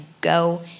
go